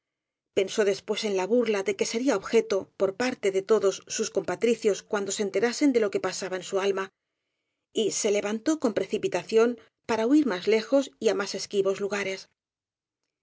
pensó después en la burla de que sería objeto por parte de todos sus compatricios cuando se enterasen de lo que pasaba en su alma y se levantó con precipitación para huir más lejos y á más esquivos lugares